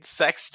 sex